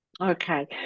okay